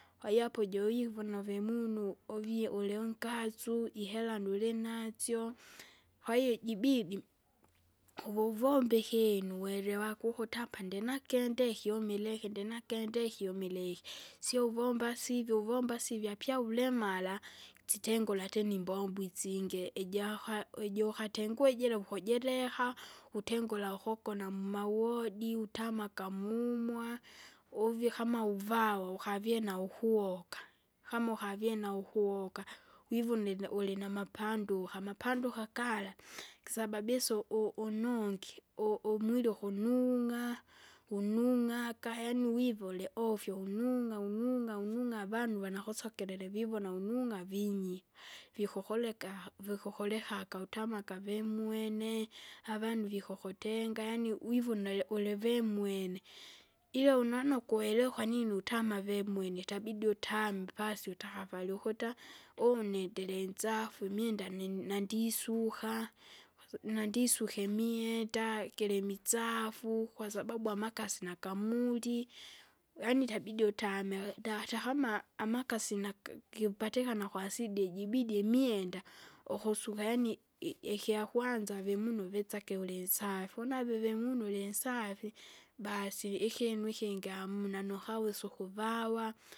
Kwahiyo apo joivuna uvimunu, uvie ulienkasu, ihera nulinasyo, kwahiyo jibidi, uvuvomba ikinu werewaga ukuti apa ndinakende kyumile iki ndinakende kyumire iki. Sio uvomba sivyo uvomba sivyo apia ulemara, sitengura ati nimbombo isinge, iajuka ijoukatengue jira ukujileka, utengura ukugona mmawodi, utamaka mumwa, uvye kama uvao ukavie na ukuoka. Kama ukavie na ukuhoka, wivunila ulinamapanduha, amapanduha gala kisababisa u- unongi u- umwiri ukunung'a, unung'aka yaani vivu uliofyo unung'a unung'a unung'a avandu vanakusokelele vivona unung'a vinyiha, vikokoleka, vikokolekaga utamaka vimwene, avanu vikukutenga. Yaani vivuna ulivemwene, ila unano kwelewa kwanini utama vemwene itabidi utame pasi utakavari ukuta, une ndirinzafu imwenda ni nandisuka, nandisuka imwenda, gilimisafu, kwasababu amakasi nakamuli. Yaani itabidi utamwe da- atakama amakasi naki- kipatikana kwasida ijibidi imwenda, ukusuka yaani i- ikyakwanza vimunu vitsake ulinsafi, unave vimunu ulinsafi, baasi ikinu ikingi hamuna kukawesa ukuvawa.